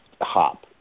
hop